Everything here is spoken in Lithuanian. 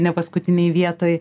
nepaskutinėj vietoj